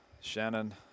Shannon